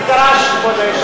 אבל מי דרש, כבוד היושב-ראש?